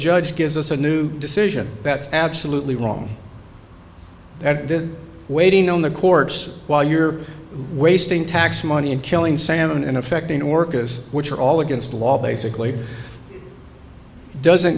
judge gives us a new decision that's absolutely wrong that waiting on the courts while you're wasting tax money and killing salmon and affecting orcas which are all against the law basically doesn't